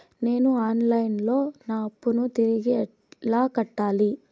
నేను online లో నా అప్పును తిరిగి ఎలా కట్టాలి?